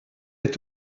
est